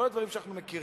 כל הדברים שאנחנו מכירים.